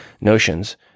notions